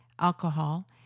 alcohol